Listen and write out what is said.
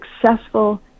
successful